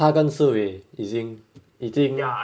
他跟 si wei 已经已经